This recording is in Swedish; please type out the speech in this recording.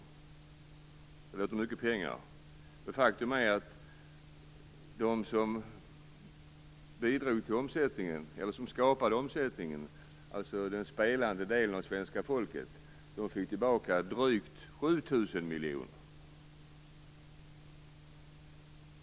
Det låter som mycket pengar, men faktum är att de som skapade omsättningen, dvs. den spelande delen av svenska folket, fick tillbaka drygt 7 000 miljoner.